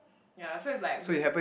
yeah so it's like we